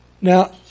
Now